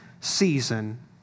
season